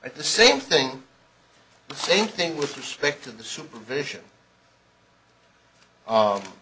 but the same thing the same thing with respect to the supervision